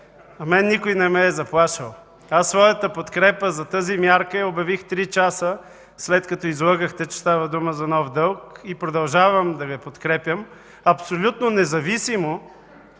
мен никой не ме е заплашвал! Своята подкрепа за тази мярка я обявих три часа, след като излъгахте, че става дума за нов дълг и продължавам да я подкрепям абсолютно независимо